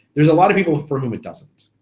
there's a lot of people for whom it doesn't.